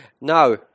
Now